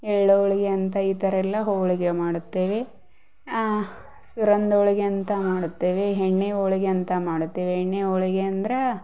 ಎಳ್ಳು ಹೋಳಿಗೆ ಅಂತ ಈ ಥರ ಎಲ್ಲ ಹೋಳಿಗೆ ಮಾಡುತ್ತೇವೆ ಸುರಂದ ಹೋಳಿಗೆ ಅಂತ ಮಾಡುತ್ತೇವೆ ಎಣ್ಣೆ ಹೋಳಿಗೆ ಅಂತ ಮಾಡುತ್ತೇವೆ ಎಣ್ಣೆ ಹೋಳಿಗೆ ಅಂದ್ರೆ